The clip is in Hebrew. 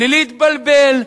בלי להתבלבל,